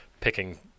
picking